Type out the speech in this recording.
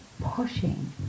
pushing